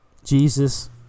Jesus